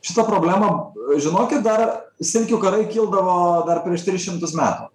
šita problema žinokit dar silkių karai kildavo dar prieš tris šimtus metų